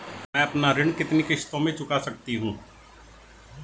मैं अपना ऋण कितनी किश्तों में चुका सकती हूँ?